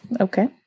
Okay